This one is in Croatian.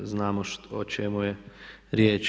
Znamo o čemu je riječ.